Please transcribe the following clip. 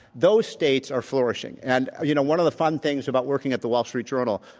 those states are flourishing. and you know one of the fun things about working at the wall street journal,